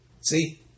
See